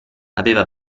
aveva